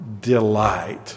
delight